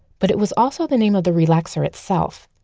but it was also the name of the relaxer itself,